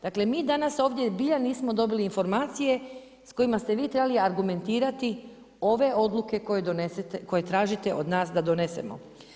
Dakle, mi danas ovdje zbilja nismo dobili informacije sa kojima ste vi trebali argumentirati ove odluke koje tražite od nas da donesemo.